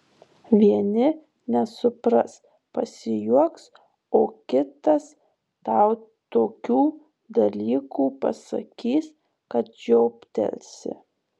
vieni nesupras pasijuoks o kitas tau tokių dalykų pasakys kad žioptelsi